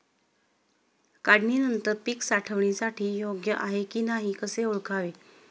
काढणी नंतर पीक साठवणीसाठी योग्य आहे की नाही कसे ओळखावे?